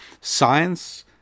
Science